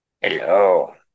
Hello